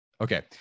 Okay